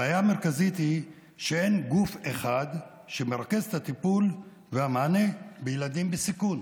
הבעיה המרכזית היא שאין גוף אחד שמרכז את הטיפול והמענה לילדים בסיכון.